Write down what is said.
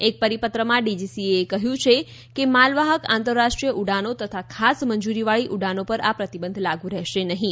એક પરિપત્રમાં ડીજીસીએએ કહ્યું છે કે માલવાહક આંતરરાષ્ટ્રીય ઉડાનો તથા ખાસ મંજૂરીવાળી ઉડાનો પર આ પ્રતિબધ લાગુ રહેશે નહીં